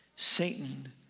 Satan